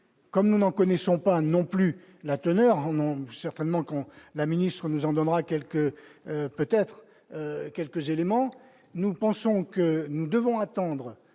comme nous n'en connaissons pas non plus la teneur en ont certainement qu'on la ministre nous en donnera quelques peut-être quelques éléments, nous pensons que nous devons attendre